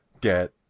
get